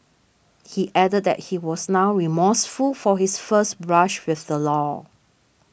he added that he was now remorseful for his first brush with the law